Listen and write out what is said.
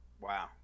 Wow